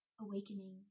Awakening